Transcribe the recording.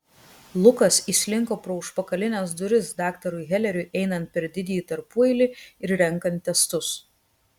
lukas įslinko pro užpakalines duris daktarui heleriui einant per didįjį tarpueilį ir renkant testus